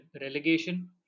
relegation